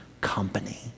company